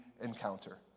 encounter